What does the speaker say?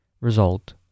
Result